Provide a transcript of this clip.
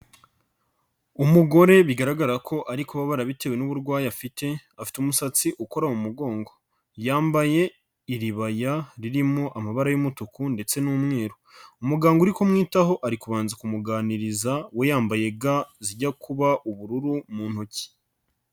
Umugore bigaragara ko ariko kubabara bitewe n'uburwayi afite, afite umusatsi ukora mu mugongo. Yambaye iribaya ririmo amabara y'umutuku ndetse n'umweru. Umuganga uri kumwitaho ari kubanza kumuganiriza, we yambaye ga zijya kuba ubururu mu ntoki.